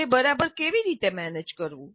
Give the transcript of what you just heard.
તે બરાબર કેવી રીતે મેનેજ કરવું